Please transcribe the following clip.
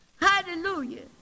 Hallelujah